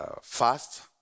fast